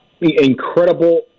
incredible